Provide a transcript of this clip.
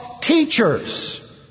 teachers